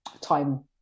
time